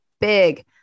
big